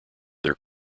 their